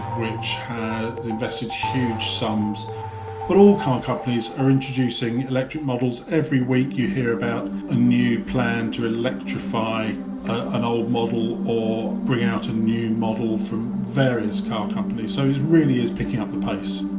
which has invested huge sums but all car companies are introducing electric models every week you hear about a new plan, to electrify an old model, or bring out a new model, from various car companies so it really is picking up the pace